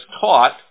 taught